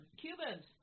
Cubans